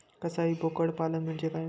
कसाई बोकड पालन म्हणजे काय?